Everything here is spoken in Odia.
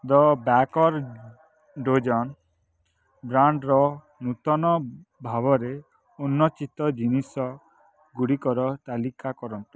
ଦ ବ୍ୟାକନ୍ ଡୋଜନ୍ ବ୍ରାଣ୍ଡ୍ର ନୂତନ ଭାବେ ଉନ୍ମୋଚିତ ଜିନିଷ ଗୁଡ଼ିକର ତାଲିକା କରନ୍ତୁ